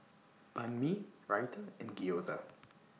Banh MI Raita and Gyoza